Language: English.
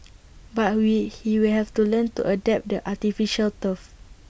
but we he will have to learn to adapt the artificial turf